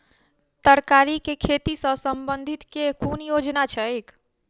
तरकारी केँ खेती सऽ संबंधित केँ कुन योजना छैक?